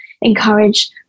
encourage